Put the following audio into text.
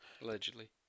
Allegedly